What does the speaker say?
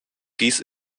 dies